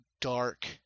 dark